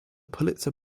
pulitzer